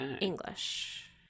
English